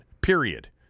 period